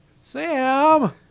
Sam